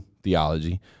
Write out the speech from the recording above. theology